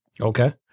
Okay